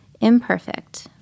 imperfect